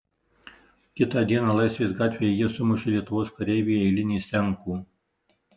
kitą dieną laisvės gatvėje jie sumušė lietuvos kareivį eilinį senkų